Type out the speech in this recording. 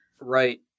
Right